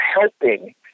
helping